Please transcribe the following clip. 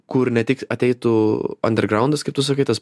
kur ne tik ateitų andergraundas kaip tu sakai tas